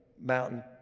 mountain